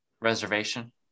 reservation